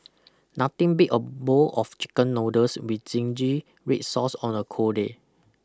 nothing beat a bowl of chicken noodles with zingy red sauce on a cold day